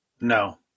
No